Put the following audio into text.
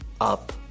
up